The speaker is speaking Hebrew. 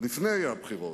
לפני הבחירות,